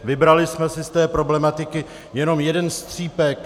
Vybrali jsme si z té problematiky jenom jeden střípek.